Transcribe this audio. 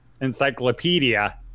encyclopedia